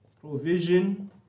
Provision